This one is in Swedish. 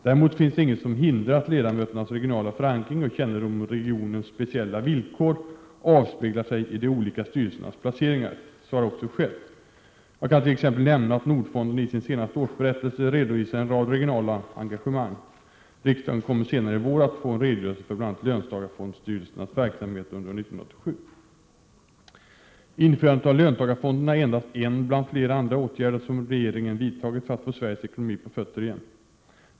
Däremot finns det inget som hindrar att ledamöternas regionala förankring och kännedom om regionens speciella villkor avspeglar sig i de olika styrelsernas placeringar. Så har också skett. Jag kan t.ex. nämna att Nordfonden i sin senaste årsberättelse redovisar en rad regionala engagemang. Riksdagen kommer senare i vår att få en redogörelse för bl.a. löntagarfondstyrelsernas verksamhet under år 1987. Införandet av löntagarfonderna är endast en bland flera andra åtgärder som regeringen vidtagit för att få Sveriges ekonomi på fötter igen.